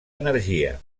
energia